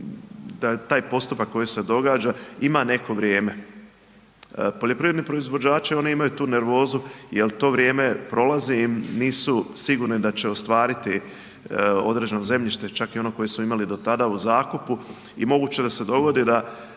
to taj postupak koji se događa, ima neko vrijeme. Poljoprivredni proizvođači oni imaju tu nervozu jer to vrijeme prolazi im, nisu sigurni da će ostvariti određene zemljište, čak i ono koje su imali do tada u zakupu i moguće da se dogodi da